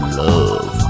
love